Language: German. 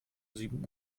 sieben